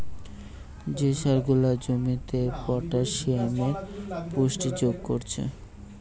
যে সার গুলা জমিতে পটাসিয়ামের পুষ্টি যোগ কোরছে